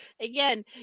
again